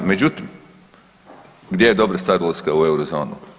Međutim, gdje je dobra stvar ulaska u Eurozonu?